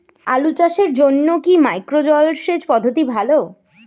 আলু চাষের জন্য কি মাইক্রো জলসেচ পদ্ধতি ভালো?